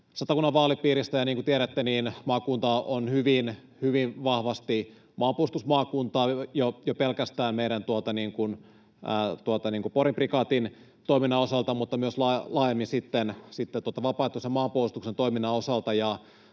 Satakunnan vaalipiiristä, ja niin kuin tiedätte, maakunta on hyvin vahvasti maanpuolustusmaakunta jo pelkästään meidän Porin prikaatimme toiminnan osalta, mutta myös laajemmin vapaaehtoisen maanpuolustuksen toiminnan osalta.